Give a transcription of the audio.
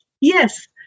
Yes